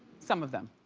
some of them.